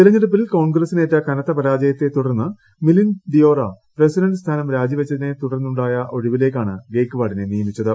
തിരഞ്ഞെടുപ്പിൽ കോൺഗ്രസിനേറ്റ് കനത്ത പരാജയത്തെ തുടർന്ന് മിലിന്ദ് ഡിയോറ പ്രസിഡന്റ് സ്ഥാനം രാജിവച്ചതിനെ തുടർന്ന ഉണ്ടായ ഒഴിവിലേക്കാണ് ഗെയ്ക് വാഡിനെ നിയമിച്ചത്